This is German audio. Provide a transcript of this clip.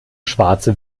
schwarze